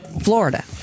Florida